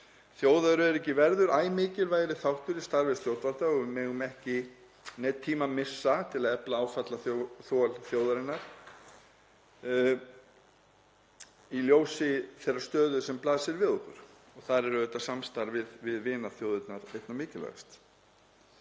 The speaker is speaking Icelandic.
Þjóðaröryggi verður æ mikilvægari þáttur í starfi stjórnvalda og við megum ekki neinn tíma missa til að efla áfallaþol þjóðarinnar í ljósi þeirrar stöðu sem blasir við okkur. Þar er auðvitað samstarfið við vinaþjóðirnar einna mikilvægust.